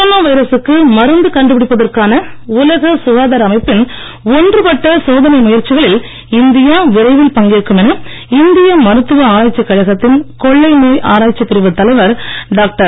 corona வைரசுக்கு மருந்து கண்டுபிடிப்பதற்கான உலக சுகாதார அமைப்பின் ஒன்று பட்ட சோதனை முயற்சிகளில் இந்தியா விரைவில் பங்கேற்கும் என இந்திய மருத்துவ ஆராய்ச்சிக் கழகத்தின் கொள்ளை நோய் ஆராய்ச்சிப் பிரிவுத் தலைவர் டாக்டர்